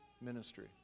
ministry